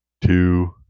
two